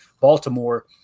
Baltimore –